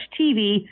TV